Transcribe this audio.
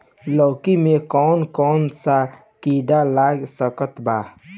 लौकी मे कौन कौन सा कीड़ा लग सकता बा?